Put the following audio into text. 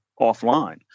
offline